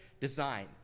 design